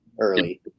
early